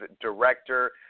director